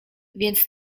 więc